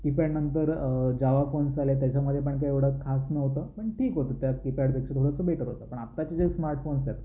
keypad नंतर Java phones आले त्याच्यामध्ये पण काय एवढं खास नव्हतं पण ठीक होतं त्या किपॅड पेक्षा थोडंसं बेटर होतं पण आत्ताचे जे स्मार्टफोन्स आहेत